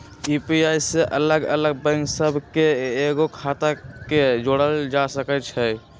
UPI में अलग अलग बैंक सभ के कएगो खता के जोड़ल जा सकइ छै